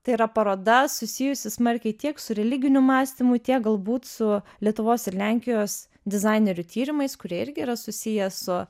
tai yra paroda susijusi smarkiai tiek su religiniu mąstymu tiek galbūt su lietuvos ir lenkijos dizainerių tyrimais kurie irgi yra susiję su